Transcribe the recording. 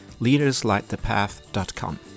leaderslightthepath.com